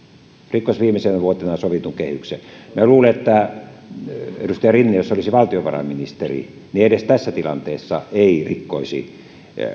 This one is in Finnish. rikkoisi viimeisenä vuotenaan sovitun kehyksen minä luulen että jos edustaja rinne olisi valtiovarainministeri hän ei edes tässä tilanteessa rikkoisi